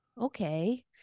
Okay